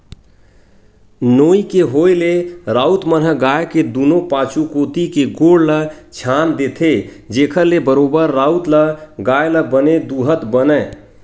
नोई के होय ले राउत मन ह गाय के दूनों पाछू कोती के गोड़ ल छांद देथे, जेखर ले बरोबर राउत ल गाय ल बने दूहत बनय